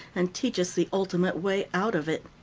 and teach us the ultimate way out of it.